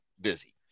busy